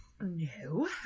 No